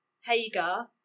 Hagar